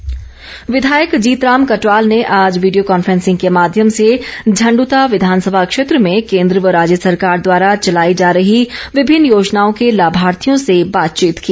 कटवाल विधायक जीतराम कटवाल ने आज वीडियो कॉन्फ्रेंसिंग के माध्यम से झंडुता विधासभा क्षेत्र में केंद्र व राज्य सरकार द्वारा चलाई जा रही विभिन्न योजनाओं के लाभार्थियों से बातचीत की